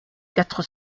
quatre